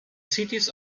cities